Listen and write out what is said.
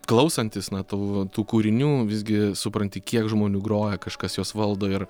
klausantis na tų tų kūrinių visgi supranti kiek žmonių groja kažkas juos valdo ir